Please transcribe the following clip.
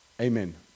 Amen